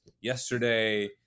yesterday